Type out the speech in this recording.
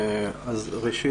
ראשית,